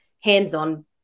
hands-on